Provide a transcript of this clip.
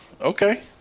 Okay